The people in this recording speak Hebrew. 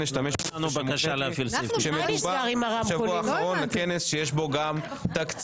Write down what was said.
אשתמש --- כשמדובר בשבוע אחרון לכנס שיש בו גם תקציב.